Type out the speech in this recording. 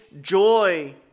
joy